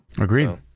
Agreed